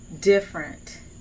different